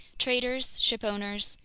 traders, shipowners,